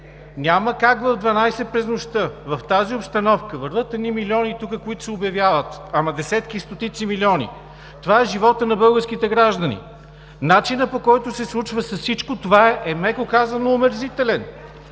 Няма как в дванайсет през нощта, в тази обстановка – вървят едни милиони тук, които се обявяват, ама десетки и стотици милиони. Това е животът на българските граждани! Начинът, по който се случва всичко това, е, меко казано, омерзителен!